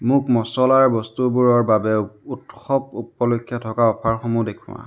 মোক মচলাৰ বস্তুবোৰৰ বাবে উৎসৱ উপলক্ষে থকা অফাৰসমূহ দেখুওৱা